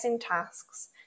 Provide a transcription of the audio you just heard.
tasks